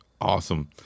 awesome